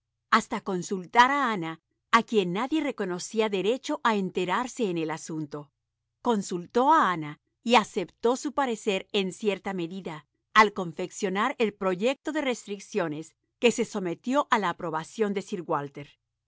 hasta consultar a ana a quien nadie reconocía derecho a interesarse en ej asunto consultó a ana y aceptó su parecer en cierta medida al confeccionar el proyecto de restricciones que se sometió a la aprobación de